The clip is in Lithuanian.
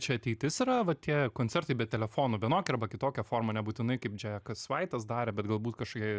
čia ateitis yra va tie koncertai be telefonų vienokia arba kitokia forma nebūtinai kaip džekas vaitas darė bet galbūt kažkokia